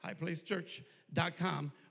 highplacechurch.com